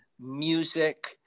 music